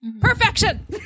Perfection